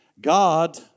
God